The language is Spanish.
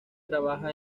trabaja